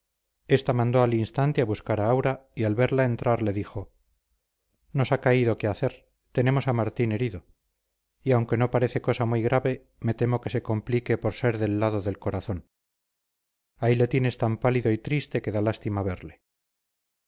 esta mandó al instante a buscar a aura y al verla entrar le dijo nos ha caído que hacer tenemos a martín herido y aunque no parece cosa muy grave me temo que se complique por ser del lado del corazón ahí le tienes tan pálido y triste que da lástima verle